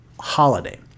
Holiday